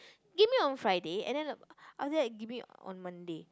give me on Friday and then after that give me on Monday